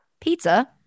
pizza